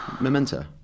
Memento